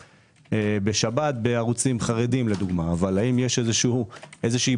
בשבת בערוצים חרדים למשל אבל האם יש בקרה?